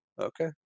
Okay